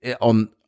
on